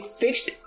fixed